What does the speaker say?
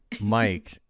Mike